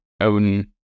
own